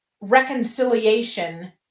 reconciliation